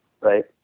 right